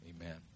amen